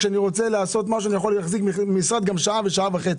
כשאני רוצה לעשות משהו אני יכול להחזיק משרד גם שעה ושעה וחצי,